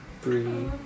three